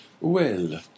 Well